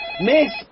Miss